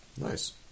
Nice